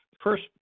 First